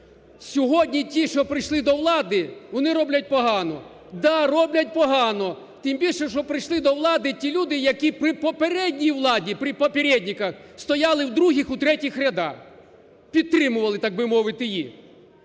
Сьогодні ті, що прийшли до влади, вони роблять погано. Да, роблять погано, тим більше, що прийшли до влади ті люди, які при попередній владі, при "попєрєдніках" стояли в других, у третій рядах, підтримували так би мовити її.